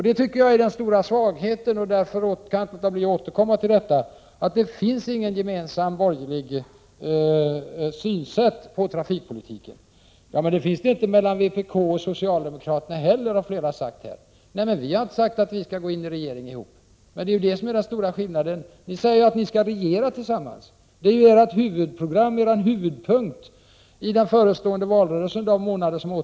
Det tycker jag är den stora svagheten, och därför kan jag inte låta bli att'återkomma till detta: Det finns ingen gemensam borgerlig syn på trafikpolitiken. Det finns det inte mellan vpk och socialdemokraterna heller, har flera här sagt. Men vi har inte sagt att vi skall bilda regering ihop! Det är den stora skillnaden. Ni säger ju att ni skall regera tillsammans! Det är er huvudpunkt i den förestående valrörelsen.